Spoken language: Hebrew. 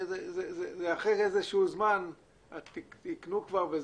אחרי איזשהו זמן אנשים יקנו.